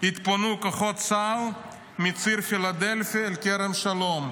התפנו כוחות צה"ל מציר פילדלפי אל כרם שלום,